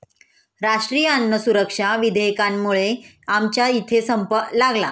राष्ट्रीय अन्न सुरक्षा विधेयकामुळे आमच्या इथे संप लागला